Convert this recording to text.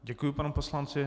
Děkuji panu poslanci.